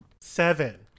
seven